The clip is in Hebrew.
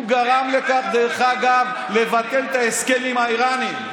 הוא גרם, דרך אגב, לביטול ההסכם עם האיראנים,